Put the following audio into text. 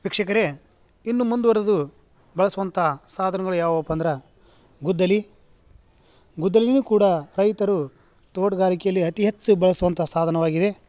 ವೀಕ್ಷಕರೇ ಇನ್ನೂ ಮುಂದುವರ್ದು ಬಳಸುವಂಥ ಸಾದನಗಳು ಯಾವುವಪ್ಪ ಅಂದ್ರೆ ಗುದ್ದಲಿ ಗುದ್ದಲಿಯೂ ಕೂಡ ರೈತರು ತೋಟ್ಗಾರಿಕೆಯಲ್ಲಿ ಅತಿ ಹೆಚ್ಚು ಬಳಸುವಂಥ ಸಾಧನವಾಗಿದೆ